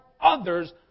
others